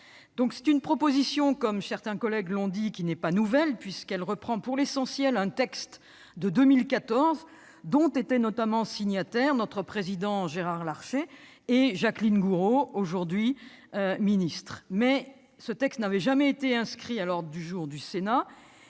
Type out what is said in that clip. Cette proposition, comme certains collègues l'ont dit, n'est pas nouvelle, puisqu'elle reprend pour l'essentiel un texte de 2014, qu'avaient cosigné, notamment, le président Gérard Larcher et Jacqueline Gourault, aujourd'hui ministre. Mais ce texte n'avait jamais été inscrit à l'ordre du jour du Sénat,